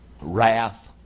wrath